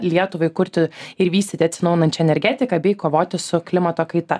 lietuvai kurti ir vystyti atsinaujinančią energetiką bei kovoti su klimato kaita